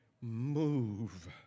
move